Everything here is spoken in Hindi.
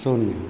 शून्य